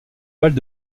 balle